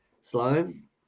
slime